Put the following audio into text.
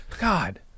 God